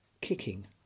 kicking